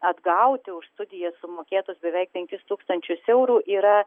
atgauti už studijas sumokėtus beveik penkis tūkstančius eurų yra